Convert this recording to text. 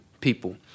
people